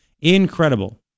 Incredible